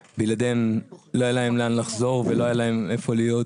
ובלעדיהם לא היה להם לאן לחזור ולא היה להם איפה להיות.